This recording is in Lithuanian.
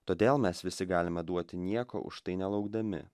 todėl mes visi galime duoti nieko už tai nelaukdami